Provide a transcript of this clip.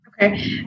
Okay